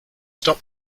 stop